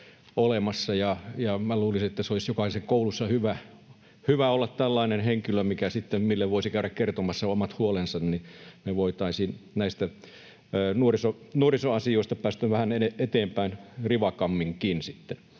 luulisin, että olisi jokaisen koulussa hyvä olla tällainen henkilö, mille voisi käydä kertomassa omat huolensa, niin me voitaisiin näistä nuorisoasioista päästä vähän eteenpäin rivakamminkin